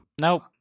Nope